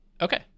Okay